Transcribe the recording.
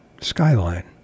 Skyline